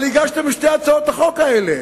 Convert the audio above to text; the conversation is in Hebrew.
אבל הגשתם את שתי הצעות החוק האלה.